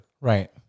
Right